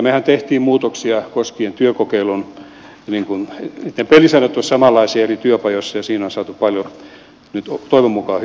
mehän teimme muutoksia työkokeiluun jotta niitten pelisäännöt olisivat samanlaisia eri työpajoissa ja siinä on saatu nyt toivon mukaan paljon hyvää aikaan